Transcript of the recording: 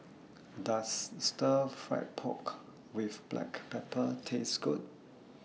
Does Stir Fried Pork with Black Pepper Taste Good